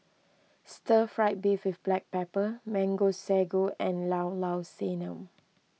Stir Fried Beef with Black Pepper Mango Sago and Llao Llao Sanum